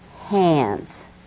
hands